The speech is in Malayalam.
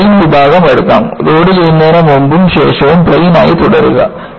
നമുക്ക് പ്ലെയിൻ വിഭാഗം എടുക്കാം ലോഡുചെയ്യുന്നതിന് മുമ്പും ശേഷവും പ്ലെയിൻ ആയി തുടരുക